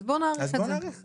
אז בואו נאריך את זה.